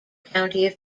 county